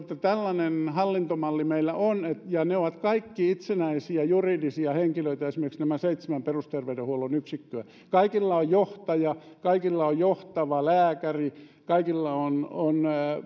tällainen hallintomalli meillä on ja ne ovat kaikki itsenäisiä juridisia henkilöitä esimerkiksi näillä seitsemällä perusterveydenhuollon yksiköllä kaikilla on johtaja kaikilla on johtava lääkäri kaikilla on on